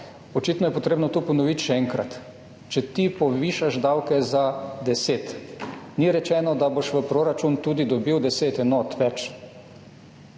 očitno potrebno to ponoviti še enkrat. Če ti povišaš davke za 10, ni rečeno, da boš v proračun tudi dobil 10 enot več,